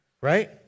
Right